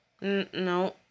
No